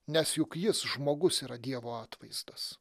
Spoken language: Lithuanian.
nes juk jis žmogus yra dievo atvaizdas